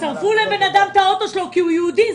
שרפו לאדם את האוטו בגלל שהוא יהודי.